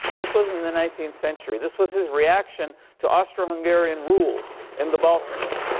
this was in the nineteenth century. this was his reaction to austrian-hungarian rule in the balkans.